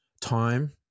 time